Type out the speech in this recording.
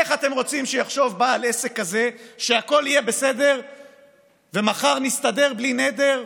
איך אתם רוצים שבעל עסק כזה יחשוב שהכול יהיה בסדר ומחר נסתדר בלי נדר?